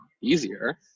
easier